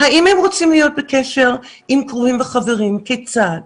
האם הם רוצים להיות בקשר עם קרובים וחברים, כיצד,